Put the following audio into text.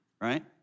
right